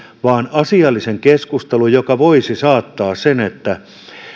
asiallisen keskustelun joka voisi tarkoittaa sitä että